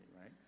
right